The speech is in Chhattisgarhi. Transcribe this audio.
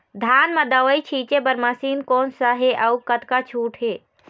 धान म दवई छींचे बर मशीन कोन सा हे अउ कतका छूट हे?